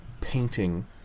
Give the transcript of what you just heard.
painting